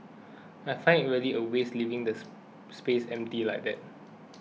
I find it really a waste leaving this space empty like that